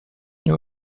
nie